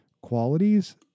qualities